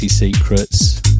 Secrets